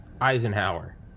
Eisenhower